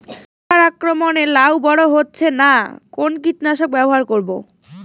পোকার আক্রমণ এ লাউ বড় হচ্ছে না কোন কীটনাশক ব্যবহার করব?